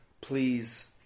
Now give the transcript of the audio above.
please